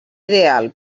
ideal